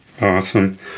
Awesome